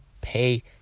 pay